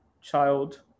child